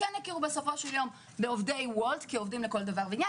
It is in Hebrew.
יכירו בסופו של יום בעובדי וולט כעובדים לכל דבר ועניין.